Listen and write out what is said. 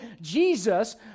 Jesus